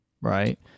right